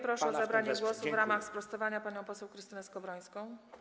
Proszę o zabranie głosu w ramach sprostowania panią poseł Krystynę Skowrońską.